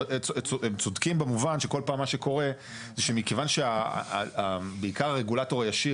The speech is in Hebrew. הם צודקים במובן שכל פעם מה שקורה זה שמכיוון שבעיקר הרגולטור הישיר